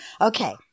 Okay